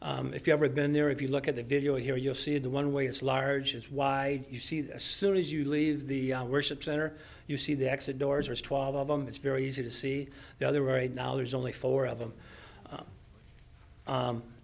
grass if you ever been there if you look at the video here you'll see the one way it's large is why you see this soon as you leave the worship center you see the exit doors are twelve of them it's very easy to see the other right now there's only four of them